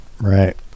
Right